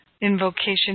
Invocation